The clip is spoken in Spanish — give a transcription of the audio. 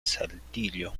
saltillo